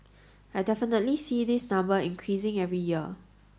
I definitely see this number increasing every year